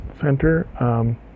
center